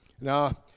Now